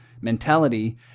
mentality